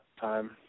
Time